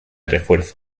refuerzo